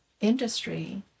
industry